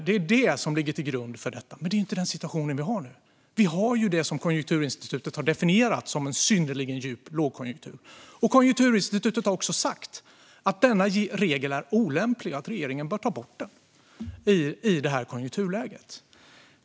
Det är detta som ligger till grund, men det är inte den situation vi har nu. Vi har det som Konjunkturinstitutet har definierat som en synnerligen djup lågkonjunktur, och Konjunkturinstitutet har också sagt att regeln är olämplig och att regeringen bör ta bort den i det här konjunkturläget.